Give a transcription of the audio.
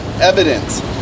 evidence